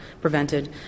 prevented